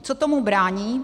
Co tomu brání?